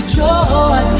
joy